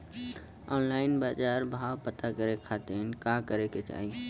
Online बाजार भाव पता करे के खाती का करे के चाही?